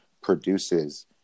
produces